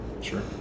sure